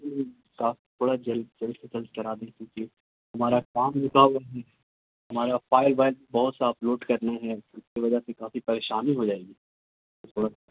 تھوڑا جلد جلد سے جلد کرا دیجیے پلیز ہمارا کام رکا ہوا ہے ہمارا وائی فائی بہت سا اپ لوڈ کرنے ہیں اس کی وجہ سے کافی پریشانی ہو جائے گی تھوڑا